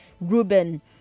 Ruben